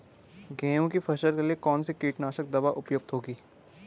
गेहूँ की फसल के लिए कौन सी कीटनाशक दवा उपयुक्त होगी?